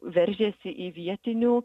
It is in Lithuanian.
veržiasi į vietinių